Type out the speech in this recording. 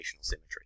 symmetry